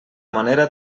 manera